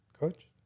Coach